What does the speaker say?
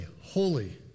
holy